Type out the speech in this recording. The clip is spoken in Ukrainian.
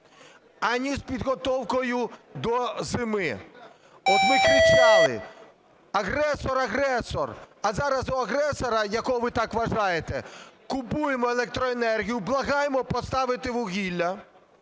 ані з підготовкою до зими. От ми кричали "агресор, агресор", а зараз у агресора, якого ви так вважаєте, купуємо електроенергію, благаємо поставити вугілля.